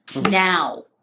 now